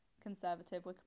conservative